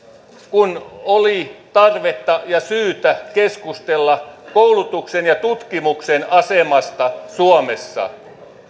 kun oli tarvetta ja syytä keskustella koulutuksen ja tutkimuksen asemasta suomessa